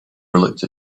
overlooked